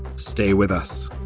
stay with us